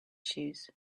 shoes